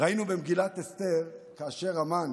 ראינו במגילת אסתר שכאשר המן